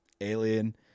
alien